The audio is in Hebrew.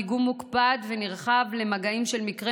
דיגום מוקפד ונרחב למגעים של מקרה